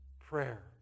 prayer